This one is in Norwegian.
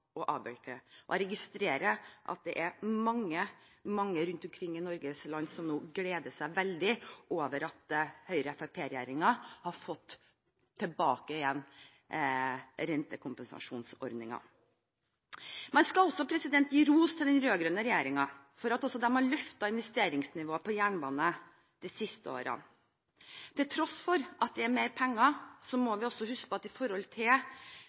ønsket å avvikle. Jeg registrerer at det er mange, mange rundt omkring i Norges land som gleder seg veldig over at Høyre–Fremskrittsparti-regjeringen nå har fått tilbake rentekompensasjonsordningen. Man skal også gi ros til den rød-grønne regjeringen for at også de har løftet investeringsnivået på jernbane de seneste årene. Til tross for at det er mer penger, må vi også huske at i forhold til